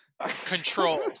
control